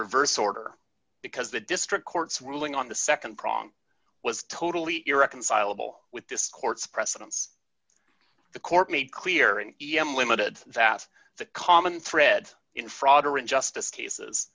reverse order because the district court's ruling on the nd prong was totally irreconcilable with this court's precedents the court made clear in yemen limited that the common thread in fraud or injustice cases